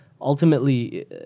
ultimately